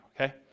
okay